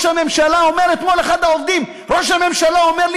אומר אתמול אחד העובדים: ראש הממשלה אומר לי,